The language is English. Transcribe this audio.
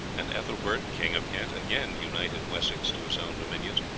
and ethelbert, king of kent, again united wessex to his own dominions,